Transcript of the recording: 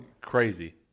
crazy